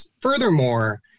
furthermore